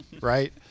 right